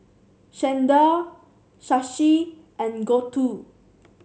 Chanda Shashi and Gouthu